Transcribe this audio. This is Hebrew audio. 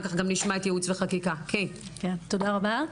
תודה רבה.